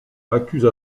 accuse